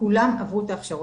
את ההכשרות,